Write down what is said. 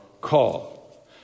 call